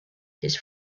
his